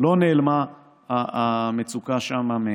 לא נעלמה מעינינו המצוקה שם.